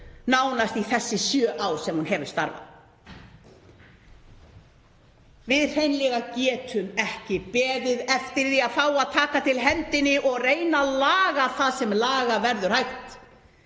nánast þessi sjö ár sem hún hefur starfað. Við getum hreinlega ekki beðið eftir því að fá að taka til hendinni og reyna að laga það sem hægt er að laga.